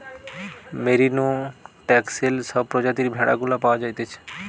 merino, Texel সব প্রজাতির ভেড়া গুলা পাওয়া যাইতেছে